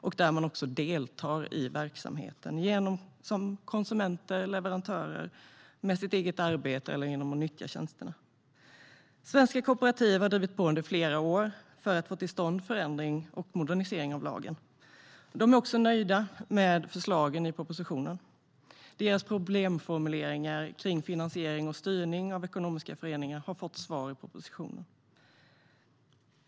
I verksamheten deltar också konsumenter eller leverantörer med sitt eget arbete eller genom att nyttja tjänsterna. Svenska kooperativ har drivit på under flera år för att få till stånd en förändring och modernisering av lagen. De är också nöjda med förslagen i propositionen. Deras problemformuleringar om finansiering och styrning av ekonomiska föreningar har fått svar i propositionen.